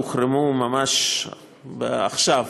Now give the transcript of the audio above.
הוחרמו ממש עכשיו,